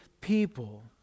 people